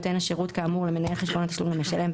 יודיע נותן השירות כאמור למנהל חשבון התשלום למשלם,